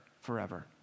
forever